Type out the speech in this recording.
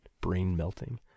brain-melting